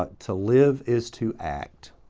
but to live is to act.